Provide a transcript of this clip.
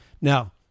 Now